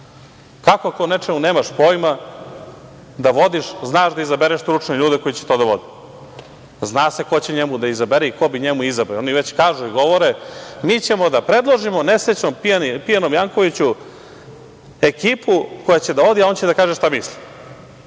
Kako ako o nečemu nemaš pojma da vodiš, znaš da izabereš stručne ljude koji će to da vode? Zna se ko će njemu da izabere i ko bi njemu izabrao. Oni već kažu i govore – mi ćemo da predložimo nesrećnom pijanom Jankoviću ekipu koja će da vodi, a on će da kaže šta misli. On